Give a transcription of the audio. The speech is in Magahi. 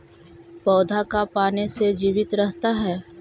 पौधा का पाने से जीवित रहता है?